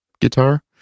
guitar